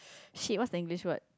shit what's the English word